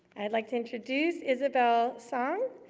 i'd like to introduce isabel song,